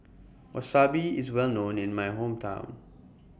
Wasabi IS Well known in My Hometown